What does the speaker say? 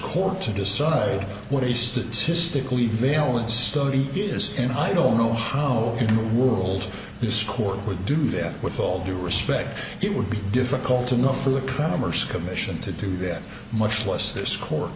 court to decide what a statistically valid study is and i don't know how in the world this court would do that with all due respect it would be difficult enough for the commerce commission to do that much less their sco